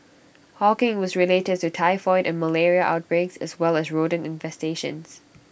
hawking was related to typhoid and malaria outbreaks as well as rodent infestations